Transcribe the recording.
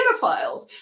pedophiles